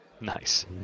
nice